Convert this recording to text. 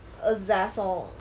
err